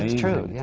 true. yeah